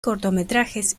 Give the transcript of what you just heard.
cortometrajes